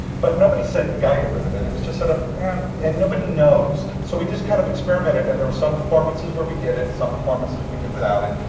but nobody said, you gotta get rid of it, it was just sort of eannh, and yeah and nobody knows. so we just kind of experimented, and there were some performances where we did it, some performances we did without it.